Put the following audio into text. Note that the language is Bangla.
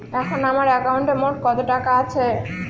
এখন আমার একাউন্টে মোট কত টাকা আছে?